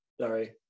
sorry